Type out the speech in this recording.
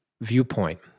viewpoint